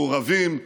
מעורבים,